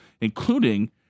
including